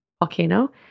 volcano